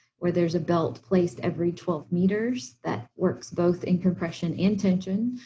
where there's a belt placed every twelve meters that works both in compression and tension.